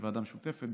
בוועדה משותפת,